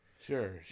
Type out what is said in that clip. Sure